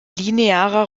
linearer